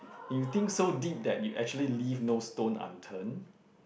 you think so deep that you actually leave no stone unturned